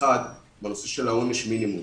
האחד, בנושא של עונש המינימום